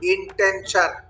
Intention